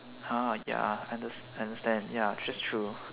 !huh! ya underst~ understand ya that's true